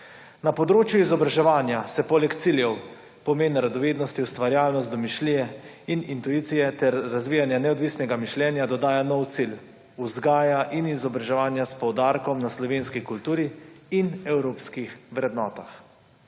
na področju izobraževanje se poleg ciljev pomen radovednosti, ustvarjalnosti, domišljije in intuicije ter razvijanje neodvisnega mišljenja dodaja nov cilj, vzgaja in izobraževanja s poudarkom na slovenski kulturi in evropskih vrednotah.